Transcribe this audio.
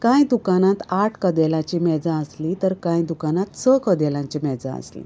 कांय दुकानांत आठ कदेलांची मेजां आसलीं तर कांय दुकानांत स कदेलांचीं मेजां आसलीं